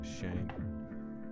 shame